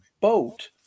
boat